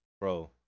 bro